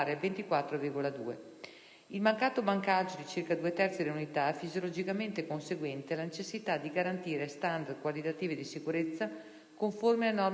Il mancato bancaggio di circa due terzi delle unità è fisiologicamente conseguente alla necessità di garantire standard qualitativi e di sicurezza conformi alle norme nazionali ed internazionali.